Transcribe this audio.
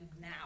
now